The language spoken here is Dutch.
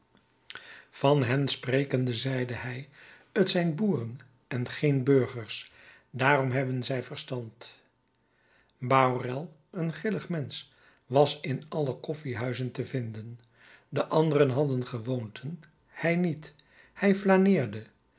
van hen sprekende zeide hij t zijn boeren en geen burgers daarom hebben zij verstand bahorel een grillig mensch was in alle koffiehuizen te vinden de anderen hadden gewoonten hij niet hij flaneerde